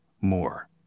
more